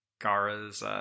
Gara's